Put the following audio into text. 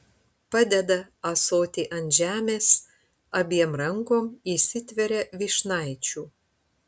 padeda ąsotį ant žemės abiem rankom įsitveria vyšnaičių